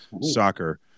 soccer